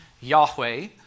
Yahweh